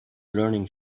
learning